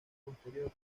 posterior